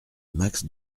max